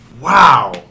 Wow